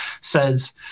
says